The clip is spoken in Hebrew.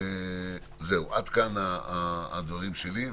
זהו, עד כאן הדברים שלי.